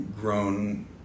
grown